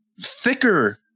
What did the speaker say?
thicker